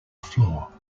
floor